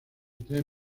tres